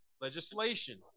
Legislation